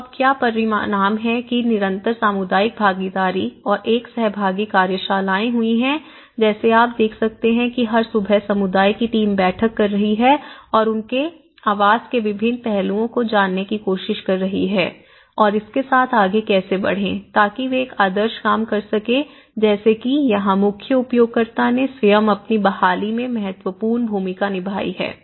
तो अब क्या परिणाम हैं कि निरंतर सामुदायिक भागीदारी और एक सहभागी कार्यशालाएँ हुई हैं जैसे आप देख सकते हैं कि हर सुबह समुदाय की टीम बैठक कर रही है और उनके आवास के विभिन्न पहलुओं को जानने की कोशिश कर रही है और इसके साथ आगे कैसे बढ़ें ताकि वे एक आदर्श काम कर सके जैसे कि यहां मुख्य उपयोगकर्ता ने स्वयं अपनी बहाली में महत्वपूर्ण भूमिका निभाई है